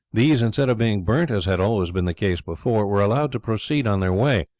these, instead of being burnt, as had always been the case before, were allowed to proceed on their way,